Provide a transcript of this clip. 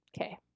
okay